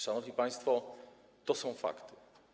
Szanowni państwo, to są fakty.